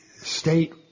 state